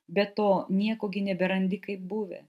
be to nieko neberandi kaip buvę